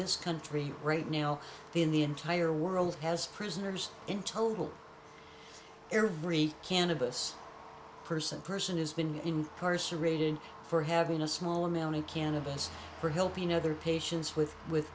this country right now in the entire world has prisoners in total every cannabis person person has been incarcerated for having a small amount of cannabis for helping other patients with with